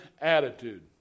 attitude